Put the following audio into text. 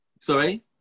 sorry